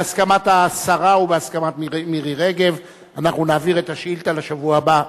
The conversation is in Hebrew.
בהסכמת השרה ובהסכמת מירי רגב אנחנו נעביר את השאילתא לשבוע הבא.